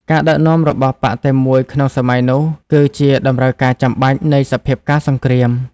ការដឹកនាំរបស់បក្សតែមួយក្នុងសម័យនោះ គឺជាតម្រូវការចាំបាច់នៃសភាពការណ៍សង្គ្រាម។